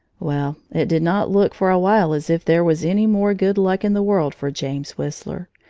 well, it did not look for a while as if there was any more good luck in the world for james whistler.